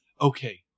okay